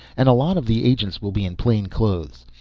and a lot of the agents will be in plain clothes.